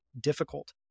difficult